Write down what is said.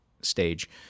stage